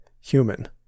human